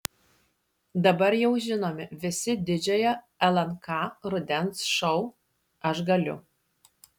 dabar jau žinomi visi didžiojo lnk rudens šou aš galiu